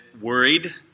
worried